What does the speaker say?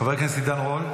חבר הכנסת עידן רול.